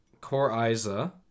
coriza